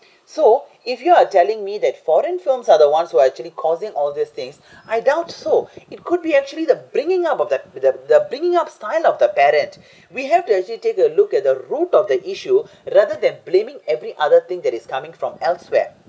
so if you are telling me that foreign films are the ones who are actually causing all these things I doubt so it could be actually the bringing up of the the the bringing up style of the parent we have to actually take a look at the root of the issue rather than blaming every other thing that is coming from elsewhere